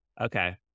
okay